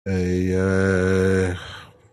אההההההההה